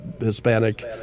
Hispanic